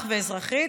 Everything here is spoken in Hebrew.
ומאזרחית,